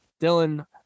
Dylan